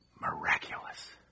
Miraculous